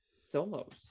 solos